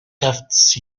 tufts